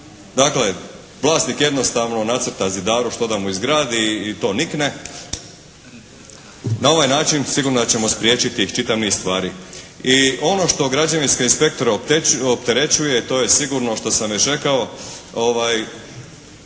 Dakle vlasnik jednostavno nacrta zidaru što da mu izgradi i to nikne. Na ovaj način sigurno da ćemo spriječiti i čitav niz stvari. I ono što građevinske inspektore opterećuje to je sigurno što sam već rekao, to